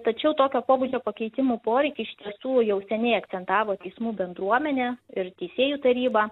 tačiau tokio pobūdžio pakeitimų poreikį iš tiesų jau seniai akcentavo teismų bendruomenė ir teisėjų taryba